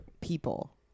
people